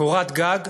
קורת גג,